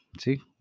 See